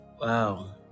Wow